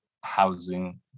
housing